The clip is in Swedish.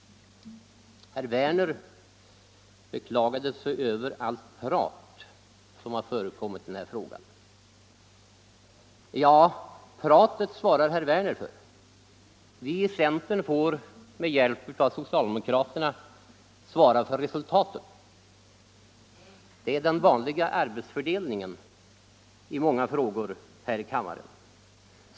Herr Werner beklagade sig över allt prat som har förekommit i den här frågan. Ja, pratet svarar herr Werner för. Vi i centern får med hjälp av socialdemokraterna svara för resultatet. Det är den vanliga arbetsfördelningen i många frågor här i kammaren.